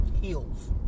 Heels